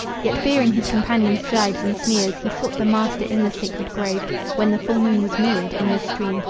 yet fearing his companions' gibes and sneers, he sought the master in the sacred grove when the full moon was mirrored in the stream,